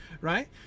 Right